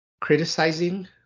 criticizing